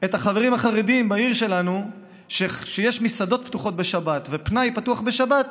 את החברים החרדים בעיר שלנו שיש מסעדות פתוחות בשבת ופנאי פתוח בשבת,